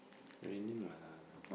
raining lah